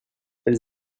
elles